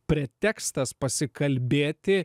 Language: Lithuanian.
pretekstas pasikalbėti